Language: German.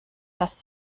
dass